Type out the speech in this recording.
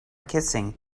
kissing